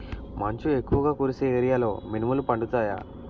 మంచు ఎక్కువుగా కురిసే ఏరియాలో మినుములు పండుతాయా?